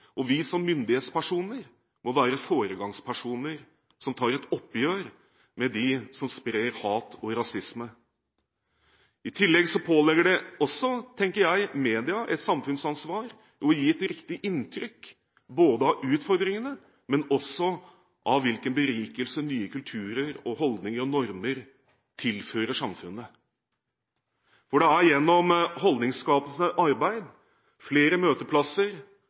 og vi som myndighetspersoner må være foregangspersoner, som tar et oppgjør med dem som sprer hat og rasisme. I tillegg påligger det også media et samfunnsansvar å gi et riktig inntrykk av utfordringene, men også av hvilken berikelse nye kulturer, holdninger og normer tilfører samfunnet. For det er gjennom holdningsskapende arbeid, flere møteplasser